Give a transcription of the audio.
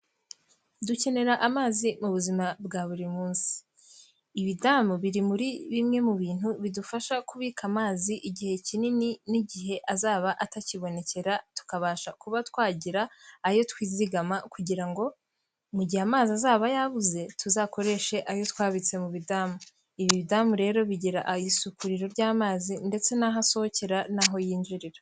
Dukenera amazi mu buzima bwa buri munsi, ibidamu biri muri bimwe mu bintu bidufasha kubika amazi igihe kinini n'igihe azaba atakibonekera, tukabasha kuba twagira ayo twizigama, kugira ngo mu gihe amazi azaba yabuze tuzakoreshe ayo twabitse mudamu; ibi bidamu rero bigera isukuririro ry'amazi ndetse n'aho asohokera naho yinjirira.